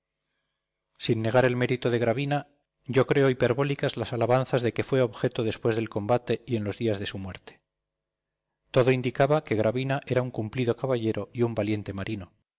sin negar el mérito de gravina yo creo hiperbólicas las alabanzas de que fue objeto después del combate y en los días de su muerte todo indicaba que gravina era un cumplido caballero y un valiente marino